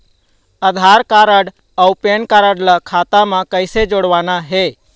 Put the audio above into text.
आधार card अऊ PAN card ला खाता म कइसे जोड़वाना हे?